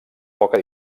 poca